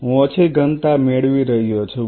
હું ઓછી ઘનતા મેળવી રહ્યો છું